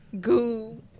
goo